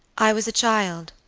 i was a child,